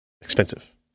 Expensive